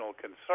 concern